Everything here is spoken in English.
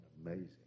Amazing